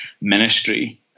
ministry